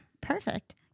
Perfect